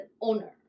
owner